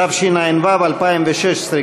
התשע"ו 2016,